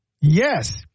Yes